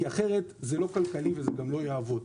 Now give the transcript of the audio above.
אחרת זה לא כלכלי וזה גם לא יעבוד.